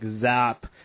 zap